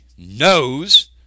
knows